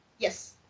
Yes